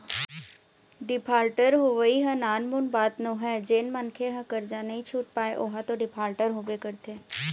defaulter होवई ह नानमुन बात नोहय जेन मनखे ह करजा नइ छुट पाय ओहा तो डिफाल्टर होबे करथे